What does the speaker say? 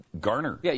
Garner